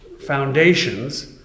foundations